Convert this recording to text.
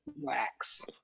Wax